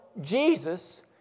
Jesus